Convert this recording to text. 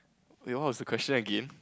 eh what was the question again